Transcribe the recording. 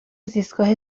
زیستگاه